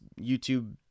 YouTube